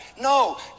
no